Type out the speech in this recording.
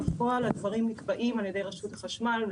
בפועל הדברים נקבעים על ידי רשות החשמל.